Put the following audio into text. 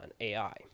AI